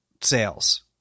sales